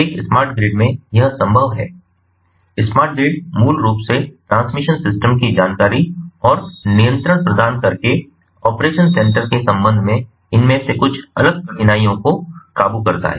एक smart grid में यह संभव है स्मार्ट ग्रिड मूल रूप से ट्रांसमिशन सिस्टम की जानकारी और नियंत्रण प्रदान करके ऑपरेशन सेंटर के संबंध में इनमें से कुछ अलग कठिनाइयों को काबू करता है